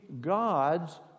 gods